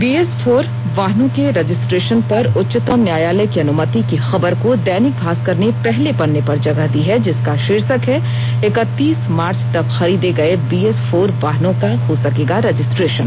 BS four वाहनों के registration पर उच्चतम न्यायालय की अनुमति की खबर को दैनिक भास्कर ने पहले पन्ने पर जगह दी है जिसका शीर्षक है इकतीस मार्च तक खरीदे गए बीएस फोर वाहनों का हो सकेगा रजिस्ट्रेशन